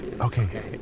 okay